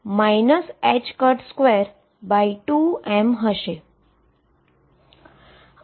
જે 22m હશે